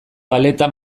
paleta